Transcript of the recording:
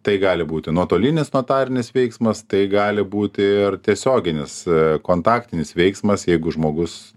tai gali būti nuotolinis notarinis veiksmas tai gali būti ir tiesioginis kontaktinis veiksmas jeigu žmogus